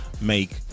make